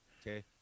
Okay